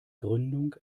gründung